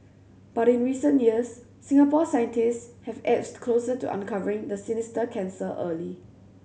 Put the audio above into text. but in recent years Singapore scientists have edged closer to uncovering the sinister cancer early